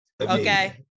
Okay